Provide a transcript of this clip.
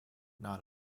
not